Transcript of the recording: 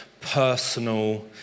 personal